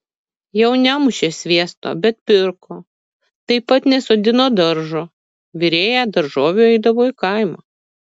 jau nemušė sviesto bet pirko taip pat nesodino daržo virėja daržovių eidavo į kaimą